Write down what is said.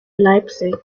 leipzig